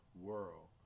world